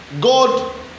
God